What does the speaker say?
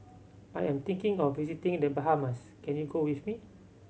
I am thinking of visiting The Bahamas can you go with me